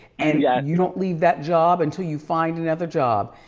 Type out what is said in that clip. and yeah you don't leave that job until you find another job.